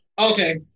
Okay